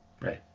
Right